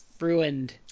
ruined